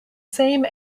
same